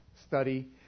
study